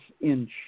inch